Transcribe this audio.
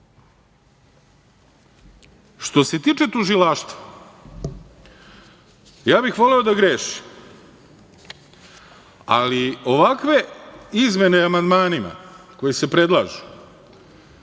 se tiče tužilaštva, voleo bih da grešim, ali ovakve izmene amandmanima koje se predlažu,